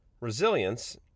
Resilience